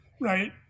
right